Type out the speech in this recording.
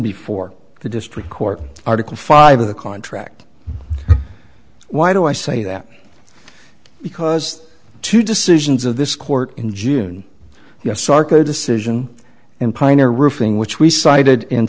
before the district court article five of the contract why do i say that because two decisions of this court in june yes sarka decision in piner roofing which we cited in